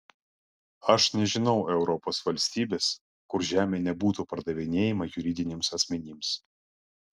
aš nežinau europos valstybės kur žemė nebūtų pardavinėjama juridiniams asmenims